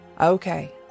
okay